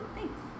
Thanks